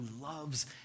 loves